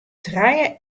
trije